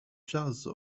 jazz